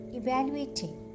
evaluating